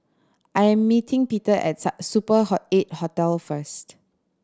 I am meeting Peter at a Super Eight Hotel first